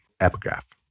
epigraph